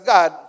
God